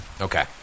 Okay